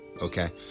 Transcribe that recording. Okay